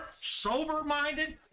sober-minded